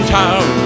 town